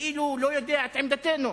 כאילו הוא לא יודע את עמדתנו.